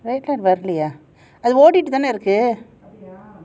அது ஓடிட்டு தான இருக்கு:athu odittu thaane iruku ah